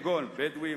כגון בדואים,